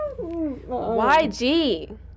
YG